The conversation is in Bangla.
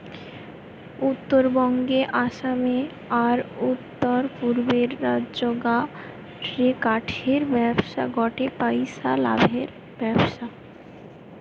উত্তরবঙ্গে, আসামে, আর উততরপূর্বের রাজ্যগা রে কাঠের ব্যবসা গটে পইসা লাভের ব্যবসা